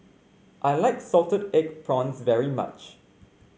I like Salted Egg Prawns very much